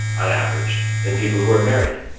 on average, than people who are married.